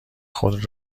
خود